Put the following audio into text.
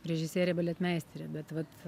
režisierė baletmeisterė bet vat